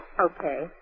Okay